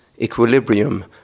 equilibrium